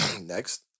Next